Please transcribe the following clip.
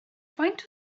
faint